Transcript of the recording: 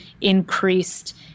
increased